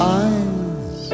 eyes